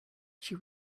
she